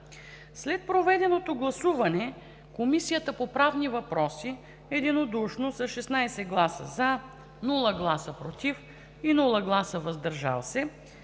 След проведеното гласуване Комисията по правни въпроси единодушно с 16 гласа „за“, без „против“ и „въздържал се“